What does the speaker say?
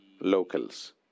locals